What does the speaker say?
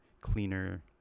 cleaner